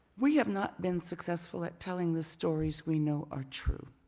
we have not been successful at telling the stories we know are true.